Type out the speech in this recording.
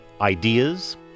ideas